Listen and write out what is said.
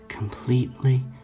completely